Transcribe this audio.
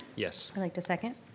yes. i'd like to second.